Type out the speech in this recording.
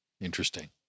Interesting